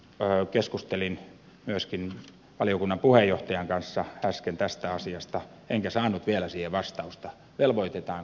keskustelin myöskin valiokunnan puheenjohtajan kanssa äsken tästä asiasta enkä saanut vielä siihen vastausta velvoitetaan